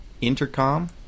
Intercom